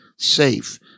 safe